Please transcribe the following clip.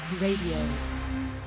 Radio